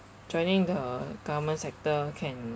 joining the government sector can